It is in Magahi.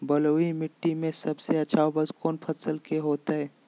बलुई मिट्टी में सबसे अच्छा उपज कौन फसल के होतय?